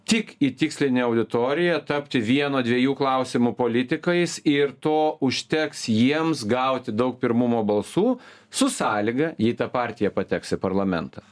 tik į tikslinę auditoriją tapti vieno dviejų klausimų politikais ir to užteks jiems gauti daug pirmumo balsų su sąlyga jei ta partija pateks į parlamentą